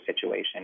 situation